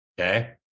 Okay